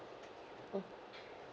mm